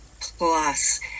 plus